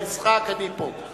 אם יש בעיה בכללי המשחק, אני פה.